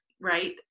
right